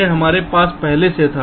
यह हमारे पास पहले से था